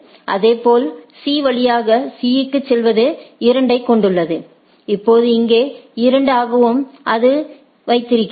இதேபோல் C வழியாக C க்குச் செல்வது 2 ஐக் கொண்டுள்ளது இப்போது இங்கே 2 ஆகவும் அது அதை வைத்திருக்கிறது